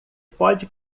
pode